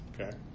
Okay